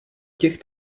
těch